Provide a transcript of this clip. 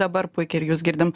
dabar puikiai ir jus girdim